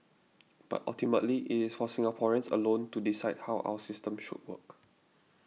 but ultimately it is for Singaporeans alone to decide how our system should work